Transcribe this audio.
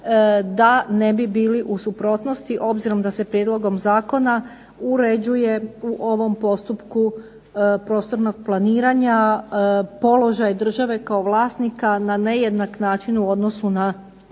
da ne bi bili u suprotnosti, obzirom da se prijedlogom zakona uređuje u ovom postupku prostornog planiranja položaj države kao vlasnika na nejednak način u odnosu na